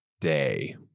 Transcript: day